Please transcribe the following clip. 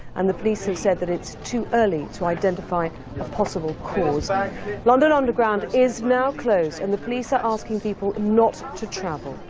and the police have said that it's too early to identify a possible cause. like london underground is now closed and the police are asking people not to travel.